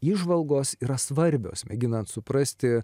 įžvalgos yra svarbios mėginant suprasti